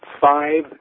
five